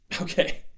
Okay